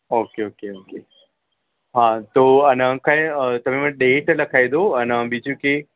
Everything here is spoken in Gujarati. ઓકે ઓકે ઓકે હા તો અને કઈ તમે મને ડેટ લખાવી દો અને બીજું કે